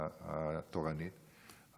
התורנית,